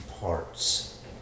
parts